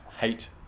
hate